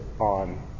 on